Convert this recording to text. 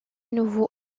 nouveau